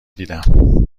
دیدم